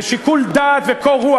בשיקול דעת ובקור רוח,